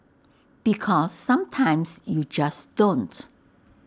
because sometimes you just don't